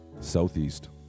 southeast